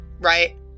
Right